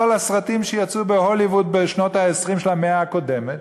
לא על הסרטים שיצאו בהוליווד בשנות ה-20 של המאה הקודמת